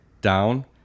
down